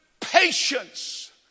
patience